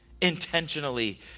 Intentionally